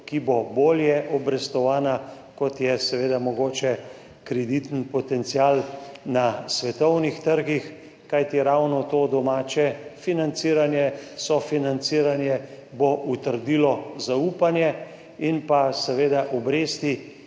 ki bo bolje obrestovana, kot je seveda mogoče kreditni potencial na svetovnih trgih. Kajti ravno to domače financiranje, sofinanciranje bo utrdilo zaupanje in pa seveda obresti,